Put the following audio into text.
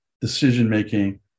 decision-making